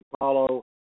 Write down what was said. Apollo